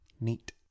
Neat